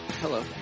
Hello